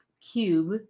cube